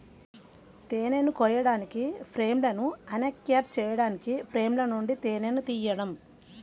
తేనెను కోయడానికి, ఫ్రేమ్లను అన్క్యాప్ చేయడానికి ఫ్రేమ్ల నుండి తేనెను తీయడం